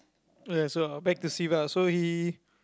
yes well back to Siva so he